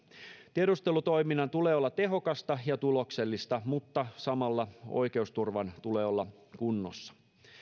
tiedustelutoiminnan tulee olla tehokasta ja tuloksellista mutta samalla oikeusturvan tulee olla kunnossa